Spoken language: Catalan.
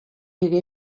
hagué